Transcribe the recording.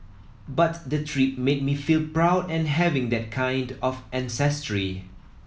but the trip made me feel proud and having that kind of ancestry